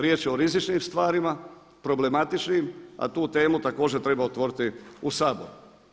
Riječ je o rizičnim stvarima, problematičnim, a tu temu također treba otvoriti u Saboru.